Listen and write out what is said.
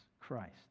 Christ